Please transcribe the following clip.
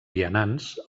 vianants